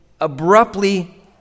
abruptly